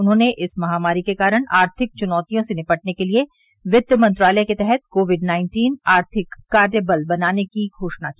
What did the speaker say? उन्होंने इस महामारी के कारण आर्थिक चुनौतियों से निपटने के लिए वित्त मंत्रालय के तहत कोविड नाइन्टीन आर्थिक कार्यबल बनाने की घोषणा की